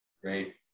Great